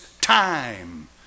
time